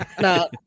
No